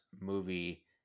movie